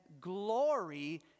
glory